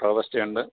robusta ഉണ്ട്